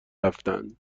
رفتند